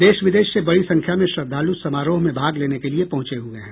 देश विदेश से बड़ी संख्या में श्रद्धालु समारोह में भाग लेने के लिए पहुंचे हुए हैं